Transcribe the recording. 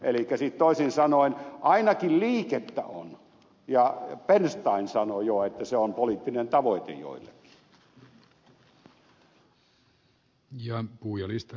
elikkä siis toisin sanoen ainakin liikettä on ja bernstein sanoo jo että se on poliittinen tavoite joillekin